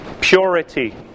purity